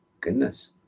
Goodness